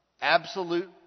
absolute